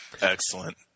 Excellent